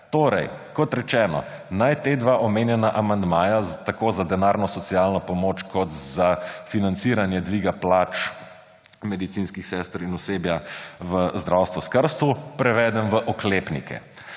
denarja. Kot rečeno, naj omenjena amandmaja, tako za denarno socialno pomoč kot za financiranje dviga plač medicinskih sester in osebja v zdravstvu, skrbstvu, prevedem v oklepnike.